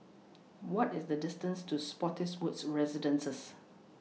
What IS The distance to Spottiswoode Residences